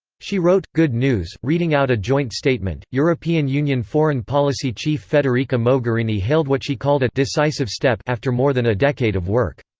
she wrote good news. reading out a joint statement, european union foreign policy chief federica mogherini hailed what she called a decisive step after more than a decade of work.